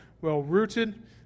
well-rooted